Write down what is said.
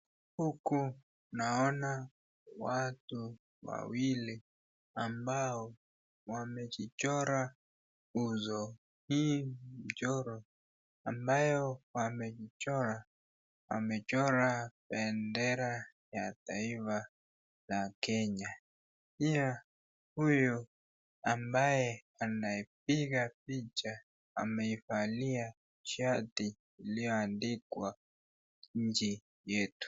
Huku naona watu wawili ambao wamejichora uso, hii mchoro ambayo wamejichora, wamechora bendera ya taifa la Kenya. Pia huyo ambaye anayepiga picha ameivalia shati liliyoandikwa nchi yetu.